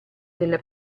della